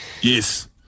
Yes